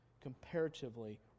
comparatively